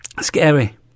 scary